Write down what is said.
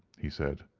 he said,